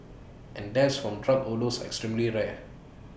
and deaths from drug are extremely rare